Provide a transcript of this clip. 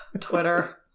Twitter